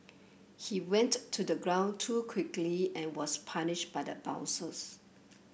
he went to ground too quickly and was punished by the bounce